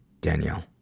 Danielle